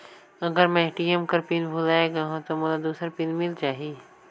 अगर मैं ए.टी.एम कर पिन भुलाये गये हो ता मोला दूसर पिन मिल जाही?